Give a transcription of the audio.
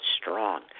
strong